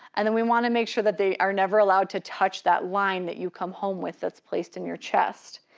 and then we wanna make sure that they are never allowed to touch that line that you come home with that's placed in your chest.